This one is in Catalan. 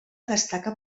destaca